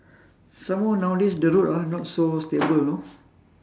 some more nowadays the road ah not so stable you know